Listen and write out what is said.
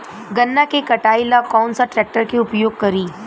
गन्ना के कटाई ला कौन सा ट्रैकटर के उपयोग करी?